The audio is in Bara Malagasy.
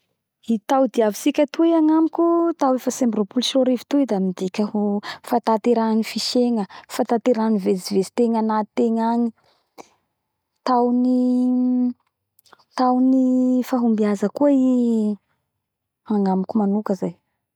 I tao diavitsika tsika atoy agnamiko tao efatsy amby ropolo sy roa arivo toy da midika ho fataterahany fisegna; fataterany vetsivetsy tegna anaty tegna agny tao ny tao ny fahombiaza koa i la agnamiko manoka